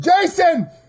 Jason